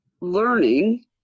learning